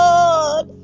Lord